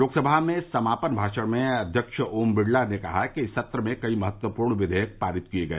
लोकसभा में समापन भाषण में अव्यक्ष ओम बिरला ने कहा कि इस सत्र में कई महत्वपूर्ण विधेयक पारित किए गए